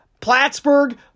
Plattsburgh